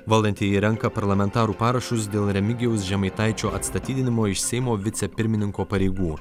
valdantieji renka parlamentarų parašus dėl remigijaus žemaitaičio atstatydinimo iš seimo vicepirmininko pareigų